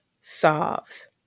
solves